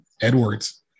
Edwards